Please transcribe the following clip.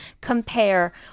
compare